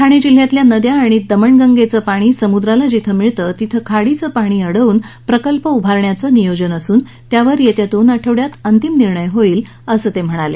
ठाणे जिल्ह्यातल्या नद्या आणि दमणगंगेचं पाणी समुद्राला जिथं मिळतं तिथं खाडीचं पाणी अडवून प्रकल्प उभारण्याचं नियोजन असून येत्या दोन आठवड्यात त्यावर अंतिम निर्णय होईल असं त्यांनी सांगितलं